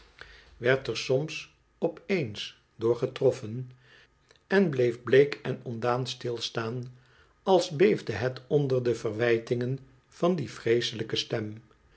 werd er soms op eens door getroffen en bleef bleek en ontdaan stil staan als beefde bet onder de verwijtingen van die vroeselijke stem